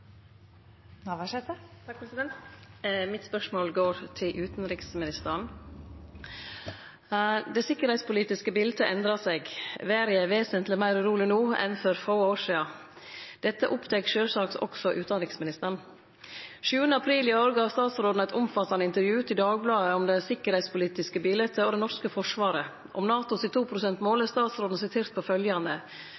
Mitt spørsmål går til utenriksministeren. Det sikkerheitspolitiske biletet endrar seg. Verda er vesentleg meir uroleg no enn for få år sidan. Dette opptek sjølvsagt også utanriksministeren. 7. april i år gav statsråden eit omfattande intervju til Dagbladet om det sikkerheitspolitiske biletet og det norske forsvaret. Om NATO sitt